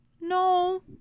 No